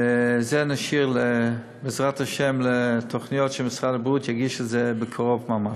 ואת זה נשאיר בעזרת השם לתוכניות שמשרד הבריאות יגיש בקרוב ממש.